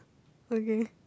okay